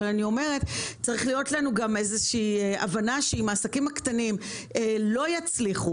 אבל צריכה להיות לנו גם הבנה אם העסקים הקטנים לא יצליחו